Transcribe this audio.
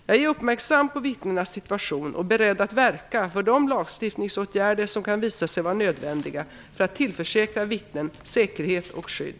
Jag är uppmärksam på vittnenas situation och beredd att verka för de lagstiftningsåtgärder som kan visa sig vara nödvändiga för att tillförsäkra vittnen säkerhet och skydd.